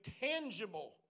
tangible